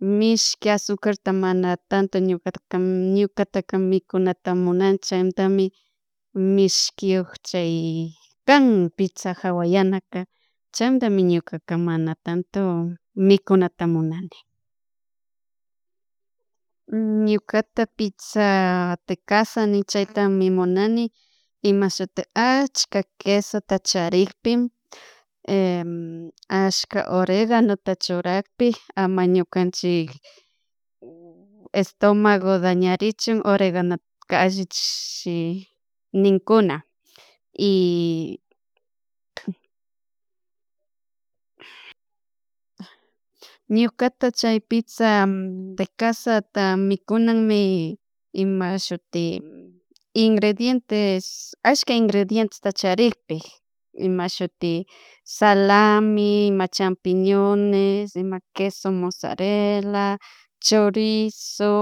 Mishki azucarta mana tanto ñukarka ñukataka mikuyta munanchatami chaymantami mishkiyuk chaycan pizaa hawayanaka chaymantami ñukaka mana tanto mikunata munani. Ñukata piza de casani chaytami munani ima shuti ashka quesota charikpi, ashka oreganota churakpi, ama ñukanchik estomago dañarichun oregano allichik ninkuna. Y ñukata chay pizza de casata mikunanmi imashuti ingredientes ashaka ingredientesta charikpi imashuti salami, ima champiñones, ima queso, mosarela, chorizo,